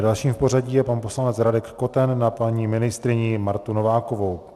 Další v pořadí je pan poslanec Radek Koten na paní ministryni Martu Novákovou.